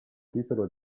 titolo